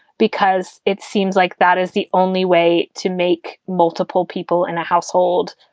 because it seems like that is the only way to make multiple people in a household,